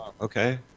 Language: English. okay